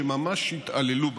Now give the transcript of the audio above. שממש התעללו בנו.